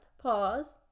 pause